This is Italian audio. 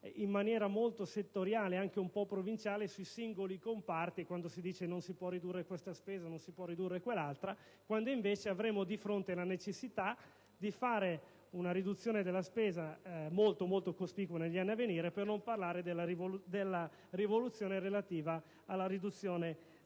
in maniera molto settoriale, e anche un po' provinciale, sui singoli comparti dicendo che non si può ridurre questa spesa o quell'altra, mentre avremo di fronte la necessità di realizzare una riduzione della spesa molto, molto cospicua negli anni a venire, per non parlare della rivoluzione relativa alla riduzione del debito.